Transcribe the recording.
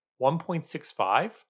1.65